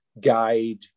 guide